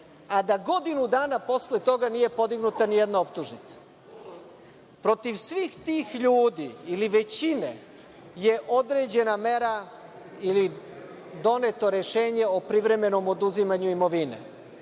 a da godinu dana posle toga nije podignuta nijedna optužnica. Protiv svih tih ljudi ili većine je određena mera ili je doneto rešenje o privremenom oduzimanju imovine.